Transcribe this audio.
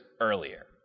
earlier